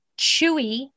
chewy